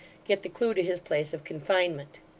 get the clue to his place of confinement.